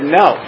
no